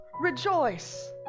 Rejoice